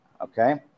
Okay